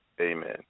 amen